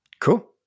Cool